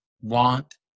want